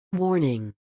Warning